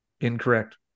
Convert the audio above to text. Incorrect